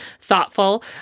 thoughtful